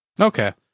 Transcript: Okay